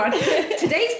Today's